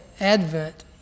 advent